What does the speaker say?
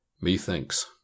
Methinks